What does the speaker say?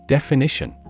Definition